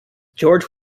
george